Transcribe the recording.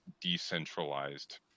decentralized